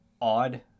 odd